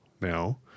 now